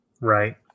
Right